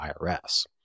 IRS